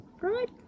Right